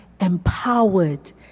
empowered